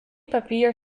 papier